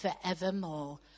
forevermore